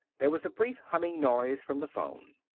there was a brief humming noise from the phone.